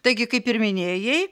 taigi kaip ir minėjai